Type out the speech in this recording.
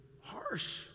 Harsh